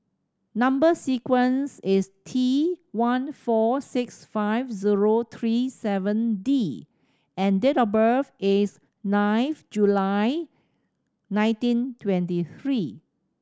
number sequence is T one four six five zero three seven D and date of birth is ninth July nineteen twenty three